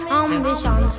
ambition